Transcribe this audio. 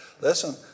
Listen